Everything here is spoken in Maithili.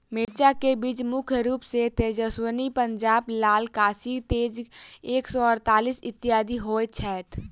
मिर्चा केँ बीज मुख्य रूप सँ तेजस्वनी, पंजाब लाल, काशी तेज एक सै अड़तालीस, इत्यादि होए छैथ?